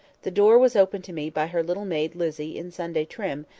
the door was opened to me by her little maid lizzy in sunday trim,